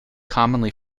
commonly